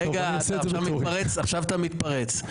רגע, אתה עכשיו מתפרץ.